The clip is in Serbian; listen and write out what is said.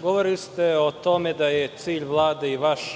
Govorili ste o tome da je cilj Vlade i vaš,